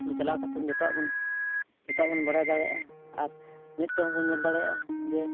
ᱚᱸᱰᱮ ᱪᱟᱞᱟᱣ ᱠᱟᱛᱮᱫ ᱡᱚᱛᱚᱣᱟᱜ ᱵᱚᱱ ᱡᱚᱛᱚᱣᱟᱜ ᱵᱚᱱ ᱵᱟᱰᱟᱭ ᱫᱟᱲᱮᱭᱟᱜᱼᱟ ᱟᱨ ᱢᱮᱫ ᱛᱮᱦᱚᱸ ᱵᱚᱱ ᱧᱮᱞ ᱫᱟᱲᱮᱭᱟᱜᱼᱟ ᱡᱮ ᱟᱨ